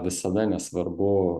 visada nesvarbu